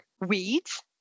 weeds